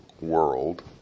world